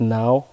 now